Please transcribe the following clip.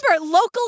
Local